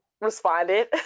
responded